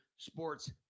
sports